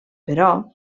però